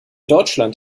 deutschland